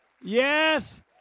Yes